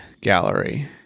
Gallery